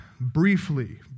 briefly